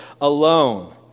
alone